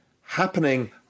happening